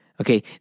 Okay